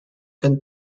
gun